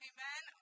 Amen